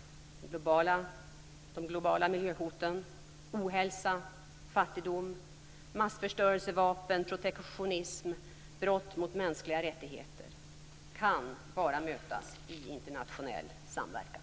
- globala miljöhot, ohälsa, fattigdom, massförstörelsevapen, protektionism och brott mot mänskliga rättigheter - kan bara mötas i internationell samverkan.